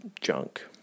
junk